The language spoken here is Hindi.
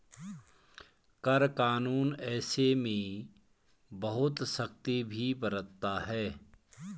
कर कानून ऐसे में बहुत सख्ती भी बरतता है